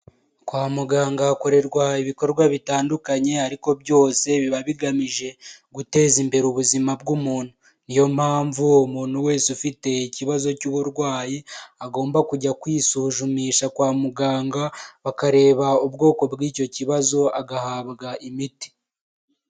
Kwa muganga hakorerwa ibikorwa bitandukanye ariko byose biba bigamije guteza imbere ubuzima bw'umuntu, niyo mpamvu umuntu wese ufite ikibazo cy'uburwayi agomba kujya kwisuzumisha kwa muganga, bakareba ubwoko bw'icyo kibazo agahabwa imiti.